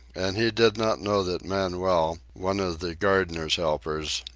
and he did not know that manuel, one of the gardener's helpers,